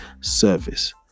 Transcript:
service